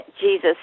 jesus